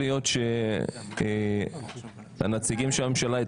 משבוע הבא יש שלושה שבועות להעביר את זה.